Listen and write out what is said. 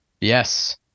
Yes